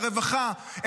את הרווחה.